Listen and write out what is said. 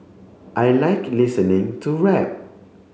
I like listening to rap